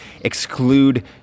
exclude